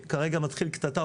שכרגע מתחיל קטטה,